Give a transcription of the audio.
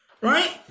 right